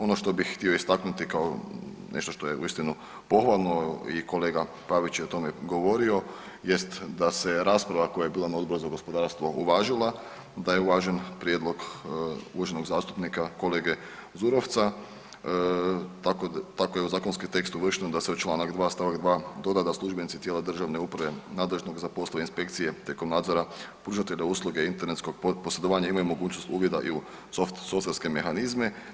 Ono što bih htio istaknuti kao nešto što je uistinu pohvalno i kolega Pavić je o tome govorio, jest da se rasprava koja je bila na Odboru za gospodarstvo uvažila, da je uvažen prijedlog uvaženog zastupnika kolege Zurovca tako je u zakonski tekst uvršteno da se u čl. 2. st. 2. doda da službenici tijela državne uprave nadležnog za poslove inspekcije tijekom nadzora pružatelja usluge internetskog posredovanja imaju mogućnost uvida i u softverske mehanizme.